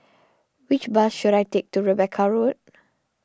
which bus should I take to Rebecca Road